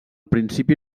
principi